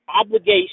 obligation